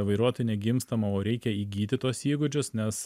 vairuotoju negimstama o reikia įgyti tuos įgūdžius nes